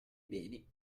beni